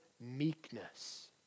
meekness